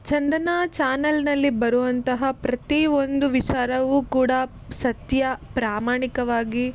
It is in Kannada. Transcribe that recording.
ಚಂದನ ಚಾನೆಲ್ನಲ್ಲಿ ಬರುವಂತಹ ಪ್ರತೀ ಒಂದು ವಿಚಾರವು ಕೂಡ ಸತ್ಯ ಪ್ರಾಮಾಣಿಕವಾಗಿ